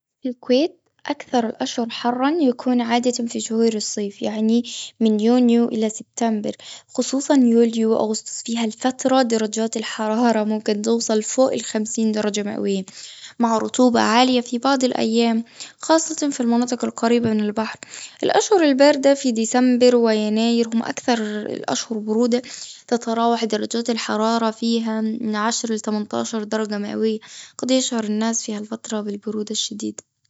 في الكويت، أكثر الأشهر حراً يكون عادة في شهور الصيف. يعني من يونيو إلى سبتمبر، خصوصاً يوليو وأغسطس. في هالفترة، درجات الحرارة ممكن توصل فوق الخمسين درجة مئوية، مع رطوبة عالية في بعض الأيام، خاصة في المناطق القريبة من البحر. الأشهر الباردة في ديسمبر ويناير، هم أكثر الأشهر برودة. تتراوح درجات الحرارة فيها، من عشر لتمنطاشر درجة مئوية. قد يشعر الناس في هالفترة، بالبرودة الشديدة.